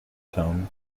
tone